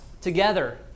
together